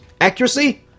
Accuracy